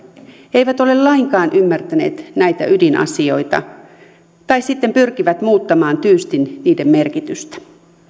eivät ole lainkaan ymmärtäneet näitä ydinasioita tai sitten pyrkivät muuttamaan tyystin niiden merkitystä